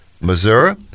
Missouri